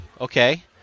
okay